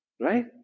right